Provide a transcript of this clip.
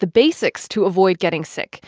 the basics to avoid getting sick.